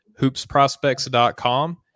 hoopsprospects.com